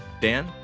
Dan